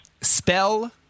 Spell